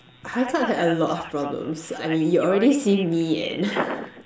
high club had a lot of problems I mean you already seen me and